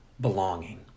belonging